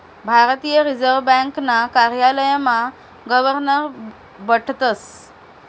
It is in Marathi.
भारतीय रिजर्व ब्यांकना कार्यालयमा गवर्नर बठतस